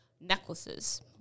necklaces